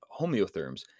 homeotherms